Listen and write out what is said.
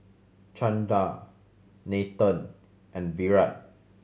Chanda Nathan and Virat